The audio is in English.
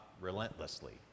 relentlessly